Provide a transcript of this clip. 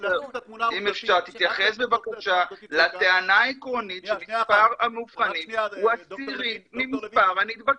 תתייחס בבקשה לטענה העקרונית שמספר המאובחנים הוא עשירית ממספר הנדבקים.